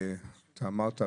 אתה אמרת,